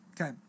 Okay